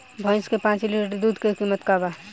भईस के पांच लीटर दुध के कीमत का बा?